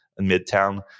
midtown